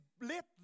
let